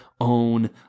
own